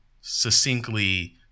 succinctly